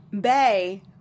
Bay